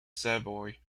savoy